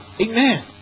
Amen